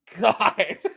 God